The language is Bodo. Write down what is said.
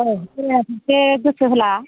खेलायाव बोसो गोसो होला